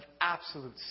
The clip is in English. absolute